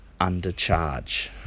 undercharge